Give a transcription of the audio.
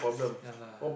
ya lah